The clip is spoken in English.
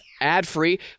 ad-free